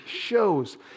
shows